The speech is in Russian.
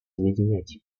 объединять